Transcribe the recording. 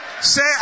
say